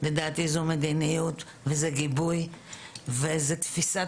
לדעתי זו מדיניות וזה גיבוי וזו תפיסת